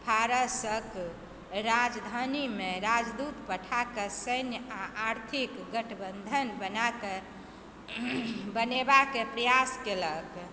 फारसक राजधानीमे राजदूत पठाकऽ सैन्य आ आर्थिक गठबन्धन बनाकऽ बनेबाक प्रयास केलक